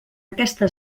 aquesta